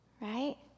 right